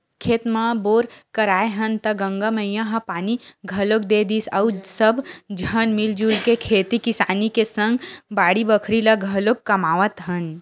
खेत म बोर कराए हन त गंगा मैया ह पानी घलोक दे दिस अउ सब झन मिलजुल के खेती किसानी के सग बाड़ी बखरी ल घलाके कमावत हन